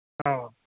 ꯑꯧ